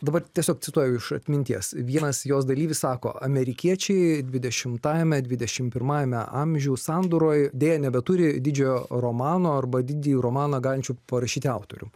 dabar tiesiog cituoju iš atminties vienas jos dalyvis sako amerikiečiai dvidešimtajame ir dvidešim pirmajame amžių sandūroj deja nebeturi didžiojo romano arba didįjį romaną galinčių parašyti autorių